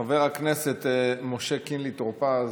חבר הכנסת משה קינלי טור פז,